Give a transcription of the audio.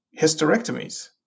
hysterectomies